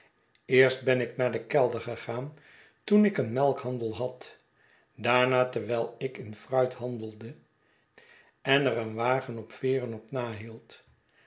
eerst ben ik naar den kelder gegaan toen ik een melkhandel had daarna terwijl ik in fruit handelde en er een wagen op veeren op nahield